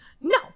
no